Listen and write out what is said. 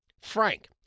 Frank